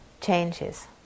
changes